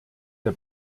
der